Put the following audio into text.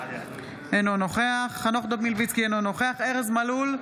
אינו נוכח חנוך דב מלביצקי, אינו נוכח ארז מלול,